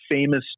famous